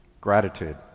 Gratitude